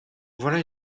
voilà